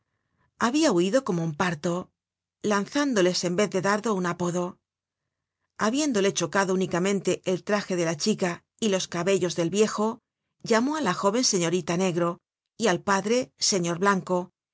habia huido como un parto lanzándoles en vez de dardo un apodo habiéndole chocado únicamente el traje de la chica y los cabellos del viejo llamó á la jóven señorita negro y al padre señor blanco